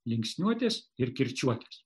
linksniuotės ir kirčiuotės